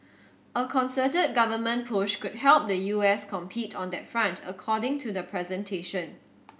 a concerted government push could help the U S compete on that front according to the presentation